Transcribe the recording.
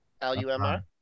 L-U-M-R